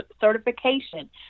certification